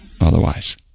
otherwise